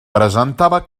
presentava